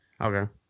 Okay